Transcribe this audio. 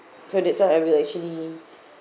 so that's why I will actually